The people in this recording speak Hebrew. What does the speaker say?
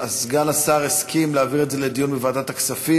סגן השר הסכים להעביר את זה לדיון בוועדת הכספים.